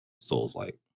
Souls-like